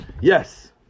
Yes